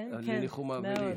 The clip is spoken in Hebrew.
על ניחום האבלים.